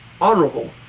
honorable